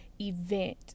event